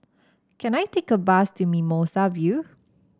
can I take a bus to Mimosa View